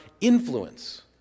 influence